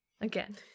again